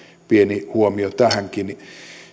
pieni huomio tähänkin